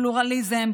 פלורליזם,